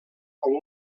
com